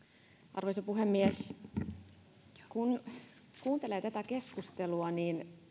arvoisa puhemies kun kuuntelee tätä keskustelua niin